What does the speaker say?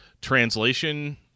translation